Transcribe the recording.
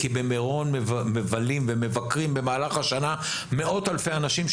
כי במירון מבלים ומבקרים במהלך השנה מאות אלפי אנשים,